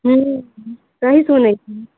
हुँ सही सुनने छी